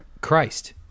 Christ